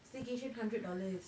staycation hundred dollars